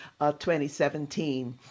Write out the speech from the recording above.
2017